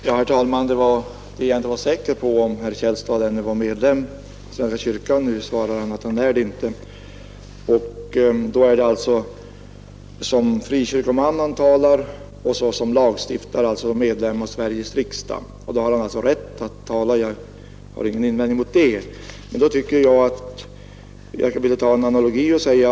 Herr talman! Jag var inte säker på om herr Källstad ännu var medlem av svenska kyrkan. Nu svarar han att han inte är det. Då är det alltså som frikyrkoman och som lagstiftare, alltså som medlem av Sveriges riksdag, han talar. Det har han rätt att göra — jag har ingen invändning mot det. Men jag skulle här vilja dra en analogi.